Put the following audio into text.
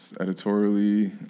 editorially